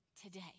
today